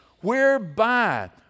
whereby